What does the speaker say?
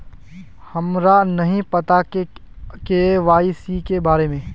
हमरा नहीं पता के.वाई.सी के बारे में?